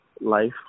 life